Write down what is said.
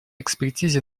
экспертизе